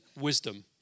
wisdom